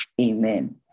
amen